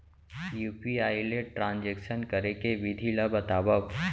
UPI ले transaction करे के विधि ला बतावव?